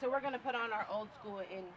so we're going to put on our own school in